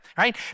right